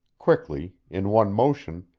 quickly, in one motion,